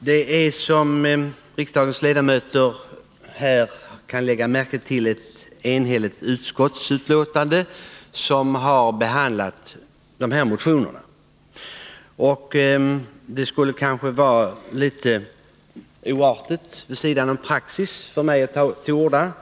Fru talman! Som riksdagens ledamöter lagt märke till har utskottet blivit enigt vid sin behandling av föreliggande motioner. Det kan därför tyckas vara litet oartigt och vid sidan om praxis att ta till orda.